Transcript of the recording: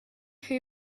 who